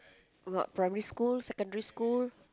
what primary school secondary school